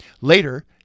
Later